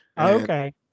Okay